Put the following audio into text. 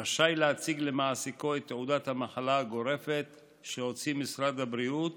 רשאי להציג למעסיקו את תעודת המחלה הגורפת שהוציא משרד הבריאות